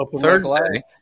Thursday